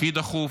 הכי דחוף,